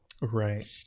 right